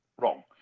wrong